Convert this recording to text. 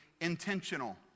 intentional